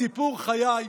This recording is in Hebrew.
סיפור חיי",